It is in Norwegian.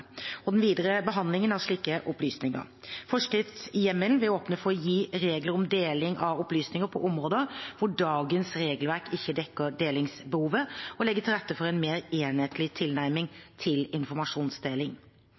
og den videre behandlingen av slike opplysninger. Forskriftshjemmelen vil åpne for å gi regler om deling av opplysninger på områder hvor dagens regelverk ikke dekker delingsbehovet, og legge til rette for en mer enhetlig